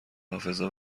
حافظه